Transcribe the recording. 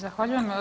Zahvaljujem.